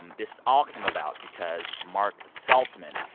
um this all came about because mark saltzman,